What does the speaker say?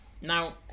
Now